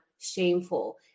shameful